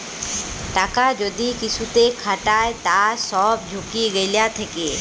টাকা যদি কিসুতে খাটায় তার সব ঝুকি গুলা থাক্যে